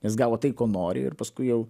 nes gavo tai ko nori ir paskui jau